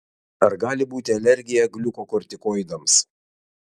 ar gali būti alergija gliukokortikoidams